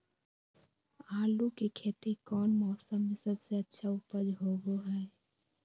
आलू की खेती कौन मौसम में सबसे अच्छा उपज होबो हय?